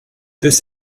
this